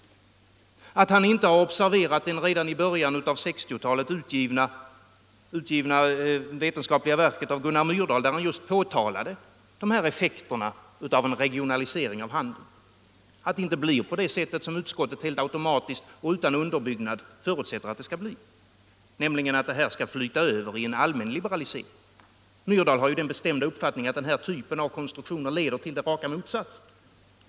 Har herr Palm inte observerat det redan i början av 1960-talet utgivna vetenskapliga verket av Gunnar Myrdal, där effekterna av en regionalisering av handeln påtalas? Det blir inte på det sätt som utskottet helt automatiskt och utan underbyggnad förutsätter att det skall bli, nämligen att utvecklingen går mot en allmän liberalisering. Myrdal har ju den bestämda uppfattningen att denna typ av konstruktioner leder till raka motsatsen.